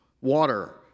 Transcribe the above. water